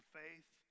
faith